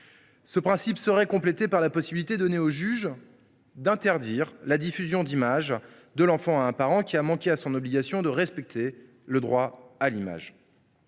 Ce principe serait complété par la possibilité donnée au juge d’interdire la diffusion d’images de l’enfant par un parent qui aurait manqué à son obligation de respect du droit à l’image